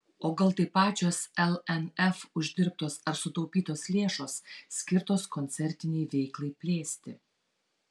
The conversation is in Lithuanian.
o gal tai pačios lnf uždirbtos ar sutaupytos lėšos skirtos koncertinei veiklai plėsti